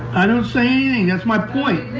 i don't say meaning of my point. i